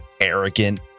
arrogant